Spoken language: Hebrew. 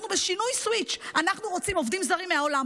אנחנו בשינוי סוויץ' אנחנו רוצים עובדים זרים מהעולם,